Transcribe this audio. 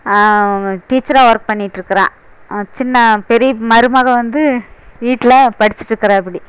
டீச்சராக ஒர்க் பண்ணிகிட்டு இருக்கிறான் சின்ன பெரிய மருமகள் வந்து வீட்டில் படிச்சுட்டு இருக்கிறாப்டி